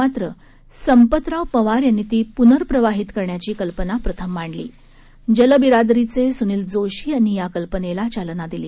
परंतु संपतराव पवार यांनी ती पुनर्प्रवाहित करण्याची कल्पना प्रथम मांडली जलबिरादरीचे सुनील जोशी यांनी या कल्पनेला चालना दिली